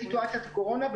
בסיטואציה של הקורונה,